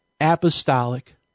Apostolic